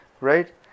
right